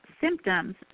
symptoms